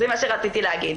זה מה שרציתי להגיד.